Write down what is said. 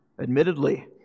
admittedly